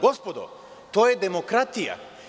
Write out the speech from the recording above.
Gospodo, to je demokratija.